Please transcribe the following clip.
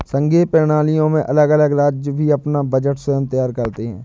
संघीय प्रणालियों में अलग अलग राज्य भी अपना बजट स्वयं तैयार करते हैं